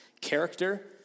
character